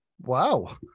Wow